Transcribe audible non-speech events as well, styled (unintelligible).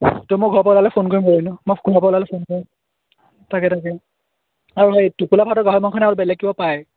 তোক মই ঘৰৰ পৰা ওলালে ফোন কৰিম (unintelligible) মই ঘৰৰ পৰা ওলালে ফোন কৰিম তাকে তাকে আৰু হেৰি টোপোলা ভাত আৰু গাহৰি মাংসই নে আৰু বেলেগ কিবা পায়